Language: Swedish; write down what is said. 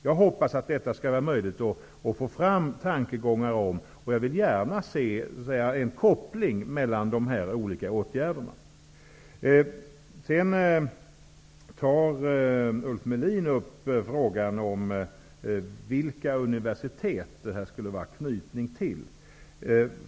Jag hoppas att det skall vara möjligt att få fram tankegångar om detta, och jag vill gärna se en koppling mellan de här olika åtgärderna. Ulf Melin tog upp frågan om vilka universitet utbildningen skulle vara knuten till.